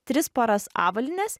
tris poras avalynės